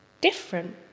different